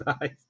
nice